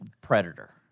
Predator